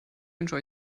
wünsche